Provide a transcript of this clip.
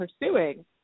pursuing